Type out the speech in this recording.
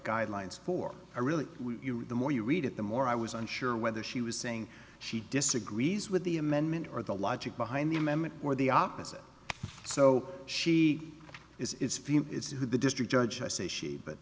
guidelines for a really the more you read it the more i was unsure whether she was saying she disagrees with the amendment or the logic behind the amendment or the opposite so she is is the district judge i say she but